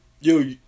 yo